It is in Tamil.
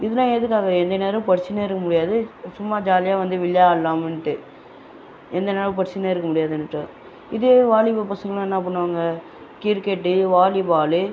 இதெலாம் எதற்காக எந்த நேரமும் படிச்சின்னே இருக்க முடியாது சும்மா ஜாலியாக வந்து விளையாடலாமேன்ட்டு எந்த நேரமும் படிச்சின்னே இருக்க முடியாதுன்ட்டு இதே வாலிப பசங்களாம் என்னா பண்ணுவாங்க கிரிக்கெட்டு வாலிபாலு